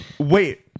Wait